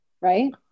Right